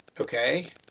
okay